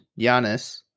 Giannis